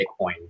Bitcoin